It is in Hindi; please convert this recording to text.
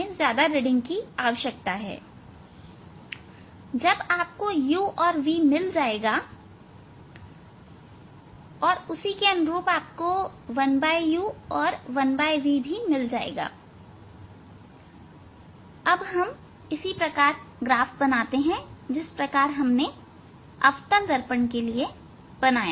जब आपको यह u और v मिल जाएगा और उसी के अनुरूप 1u और 1v भी मिल जाएगा अब हम उसी प्रकार ग्राफ बनाते हैं जिस प्रकार हमने अवतल दर्पण के लिए बनाया था